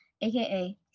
AKA